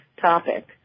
topic